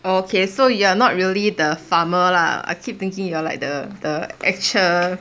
oh okay so you're not really the farmer lah I keep thinking you are like the the actual